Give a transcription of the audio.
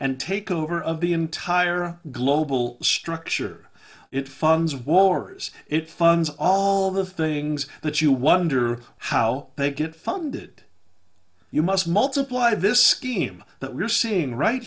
and takeover of the entire global structure it funds wars it funds all the things that you wonder how they get funded you must multiply this scheme that we're seeing right